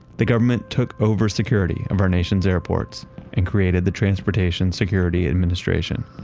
the government took over security of our nation's airports and created the transportation security administration,